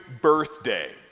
birthday